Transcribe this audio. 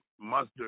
Mustard